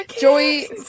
Joey